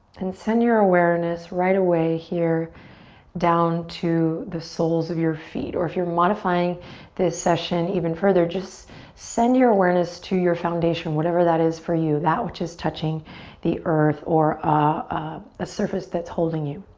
and send your awareness right away here down to the soles of your feet or if you're modifying this session even further just send your awareness to your foundation. whatever that is for you that which is touching the earth or ah a surface that's holding you